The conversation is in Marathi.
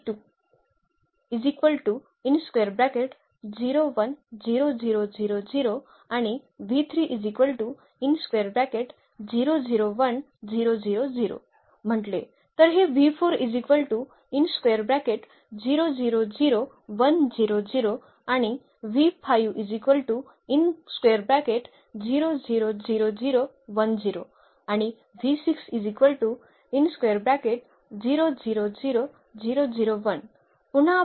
म्हणून येथे आपण हे पाहिले आहे की हे या पेंटचा आधार आहे आणि येथे या घटकातील घटकांची संख्या आहे जी सध्या n 1 आहे